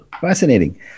Fascinating